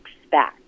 expect